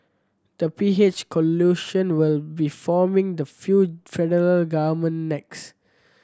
the P H coalition will be forming the few federal government next